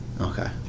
Okay